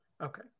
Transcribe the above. Okay